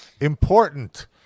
important